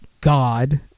God